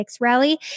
rally